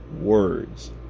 words